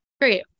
Great